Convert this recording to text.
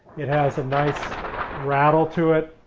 it has a nice rattle to it.